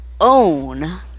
own